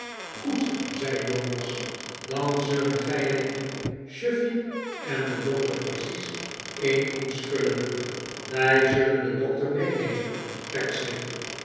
goed zei jonas dan zullen gij en ik chuffey en de dokter precies een koets vullen wij zullen den dokter meenemen